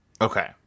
Okay